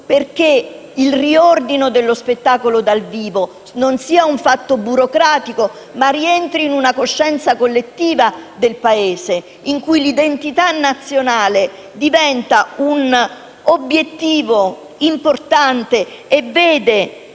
perché il riordino dello spettacolo dal vivo non sia un fatto burocratico, ma rientri in una coscienza collettiva del Paese, in cui l'identità nazionale diventa un obiettivo importante e veda